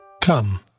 Come